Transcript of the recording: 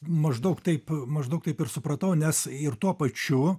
maždaug taip maždaug taip ir supratau nes ir tuo pačiu